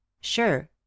Sure